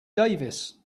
davis